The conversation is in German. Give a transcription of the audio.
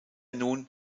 nun